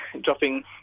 dropping